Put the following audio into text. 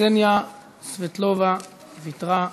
קסניה סבטלובה, ויתרה.